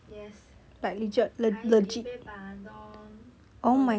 yes 还有一杯 bandung oh ya